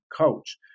coach